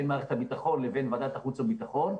מערכת הביטחון לבין ועדת החוץ והביטחון,